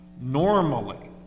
Normally